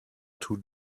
two